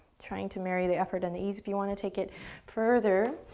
trying to marry the effort and the ease. if you wanna take it further,